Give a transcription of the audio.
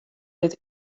dit